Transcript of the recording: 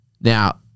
Now